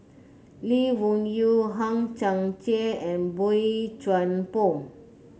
Lee Wung Yew Hang Chang Chieh and Boey Chuan Poh